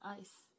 ice